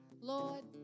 Lord